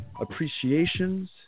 appreciations